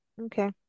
Okay